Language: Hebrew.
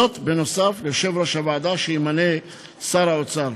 זאת בנוסף ליושב-ראש הוועדה שימנה שר האוצר.